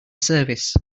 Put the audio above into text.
service